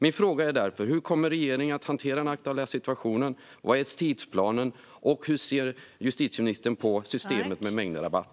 Jag frågar därför: Hur kommer regeringen att hantera den aktuella situationen? Vad är tidsplanen? Hur ser justitieministern på systemet med mängdrabatt?